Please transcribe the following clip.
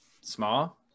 small